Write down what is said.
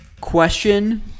Question